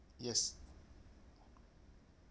yes